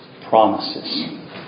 promises